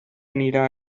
anirà